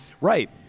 Right